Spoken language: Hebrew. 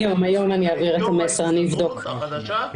יושב-ראש ההסתדרות החדשה.